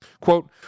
Quote